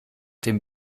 dem